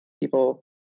people